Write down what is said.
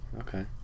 okay